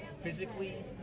physically